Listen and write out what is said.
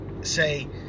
say